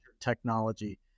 technology